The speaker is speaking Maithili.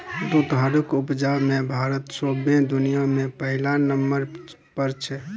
दुधक उपजा मे भारत सौंसे दुनियाँ मे पहिल नंबर पर छै